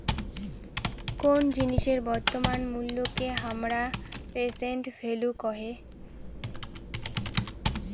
কোন জিনিসের বর্তমান মুল্যকে হামরা প্রেসেন্ট ভ্যালু কহে